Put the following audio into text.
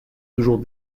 toujours